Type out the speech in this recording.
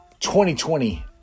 2020